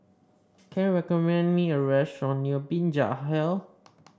can you recommend me a restaurant near Binjai Hill